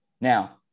Now –